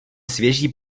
svěží